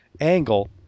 angle